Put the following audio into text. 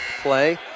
play